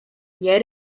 nie